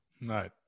No